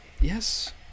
yes